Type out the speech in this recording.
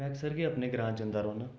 में अकसर गै अपने ग्रां जंदा रौह्न्नां